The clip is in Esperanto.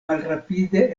malrapide